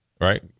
right